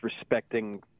respecting